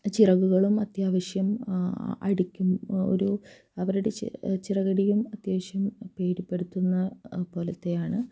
ചിറകുകളും അത്യാവശ്യം അടിക്കും ഒരു അവരുടെ ചിറക് ചിറകടിയും അത്യാവശ്യം പേടിപ്പെടുത്തുന്ന പോലത്തെയാണ്